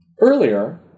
Earlier